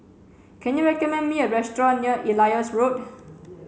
can you recommend me a restaurant near Elias Road